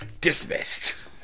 Dismissed